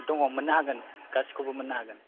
दङ मोननो हागोन गासैखौबो मोननो हागोन